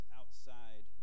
outside